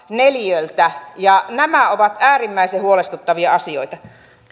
neliöltä ja nämä ovat äärimmäisen huolestuttavia asioita